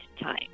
time